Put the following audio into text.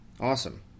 Awesome